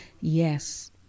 Yes